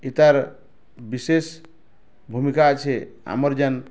ଇତାର୍ ବିଶେଷ ଭୂମିକା ଅଛେ ଆମର୍ ଯେନ୍